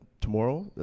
tomorrow